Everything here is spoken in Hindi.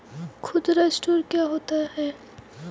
खुदरा स्टोर क्या होता है?